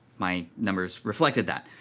my numbers reflected that.